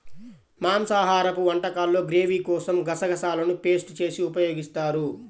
మాంసాహరపు వంటకాల్లో గ్రేవీ కోసం గసగసాలను పేస్ట్ చేసి ఉపయోగిస్తారు